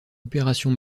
opération